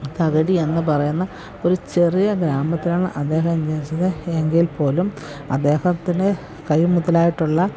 തകഴിയെന്ന് പറയുന്ന ഒരു ചെറിയ ഗ്രാമത്തിലാണ് അദ്ദേഹം ജനിച്ചത് എങ്കിൽപ്പോലും അദ്ദേഹത്തിന് കൈമുതലായിട്ടുള്ള